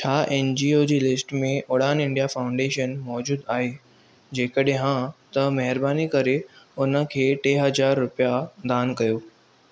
छा एनजीओ जी लिस्ट में उड़ान इंडिया फाउंडेशन मौजूद आहे जेकॾहिं हा त महिरबानी करे उनखे टे हज़ार रुपिया दान कयो